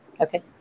Okay